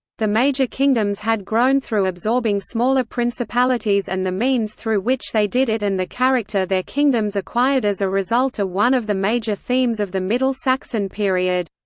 the major kingdoms had grown through absorbing smaller principalities and the means through which they did it and the character their kingdoms acquired as a result are one of the major themes of the middle saxon period.